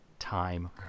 time